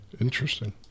interesting